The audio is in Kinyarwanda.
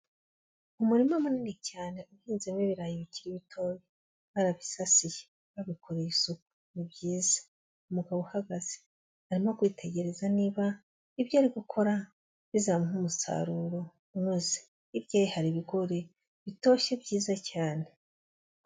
Umurima munini cyane uhinzemo ibirayi bikiri bito, barabisasiye, babikoreye isuku, ni byiza, umugabo uhagaze, arimo kwitegereza niba ibyo ari gukora, bizaha umusaruro unoze. Hirya ye hari ibigori, bitoshye byiza cyane.